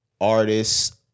Artists